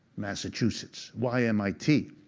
massachusetts. why mit?